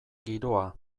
giroa